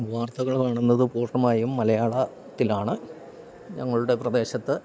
വാർത്തകൾ കാണുന്നത് പൂർണ്ണമായും മലയാളത്തിലാണ് ഞങ്ങളുടെ പ്രദേശത്ത്